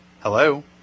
Hello